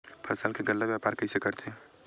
फसल के गल्ला व्यापार कइसे करथे?